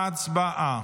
ההצבעה.